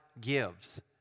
gives